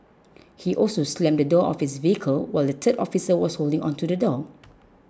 he also slammed the door of his vehicle while the third officer was holding onto the door